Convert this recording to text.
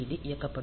D இயக்கப்படும்